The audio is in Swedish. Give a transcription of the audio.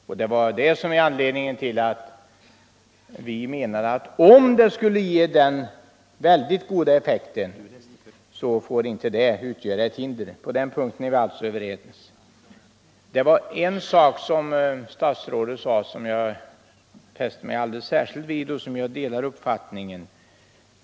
Vi ansåg att om denna åtgärd hade den mycket goda effekt som man räknat med, så skulle denna gräns inte få utgöra något hinder. På den punkten är vi alltså överens. Det var en sak av det statsrådet sade som jag fäste mig alldeles särskilt vid och där jag delar hans uppfattning.